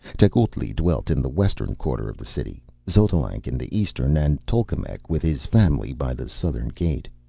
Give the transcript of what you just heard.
tecuhltli dwelt in the western quarter of the city, xotalanc in the eastern, and tolkemec with his family by the southern gate.